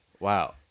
Wow